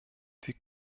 wir